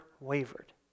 wavered